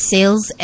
Sales